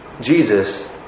Jesus